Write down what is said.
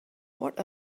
what